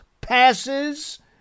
passes